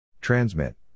transmit